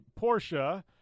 Porsche